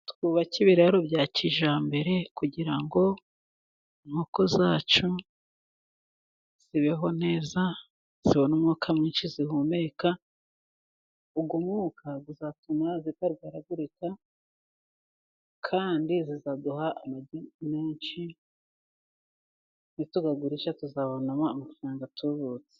Twubake ibiraro bya kijyambere kugira ngo inkoko zacu zibeho neza, zibone umwuka mwinshi zihumeka. Uwo mwuka uzatuma zitarwaragurika kandi zizaduha amagi menshi, nituyagurisha tuzabonamo amafaranga atubutse.